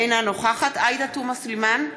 אינה נוכחת עאידה תומא סלימאן,